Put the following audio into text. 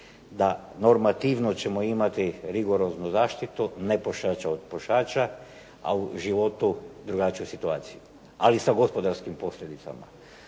da normativno ćemo imati rigoroznu zaštitu nepušača od pušača, a u životu je drugačija situacija ali sa gospodarskim posljedicama.